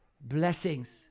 blessings